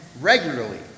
regularly